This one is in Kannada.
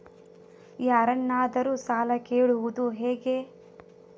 ಯಾರನ್ನಾದರೂ ಸಾಲ ಕೇಳುವುದು ಹೇಗೆ?